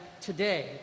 today